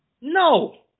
No